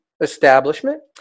establishment